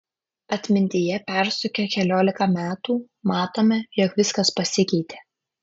atmintyje persukę keliolika metų matome jog viskas pasikeitė